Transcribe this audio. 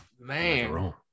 Man